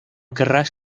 querrás